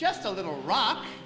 just a little rock